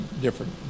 different